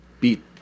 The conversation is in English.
beat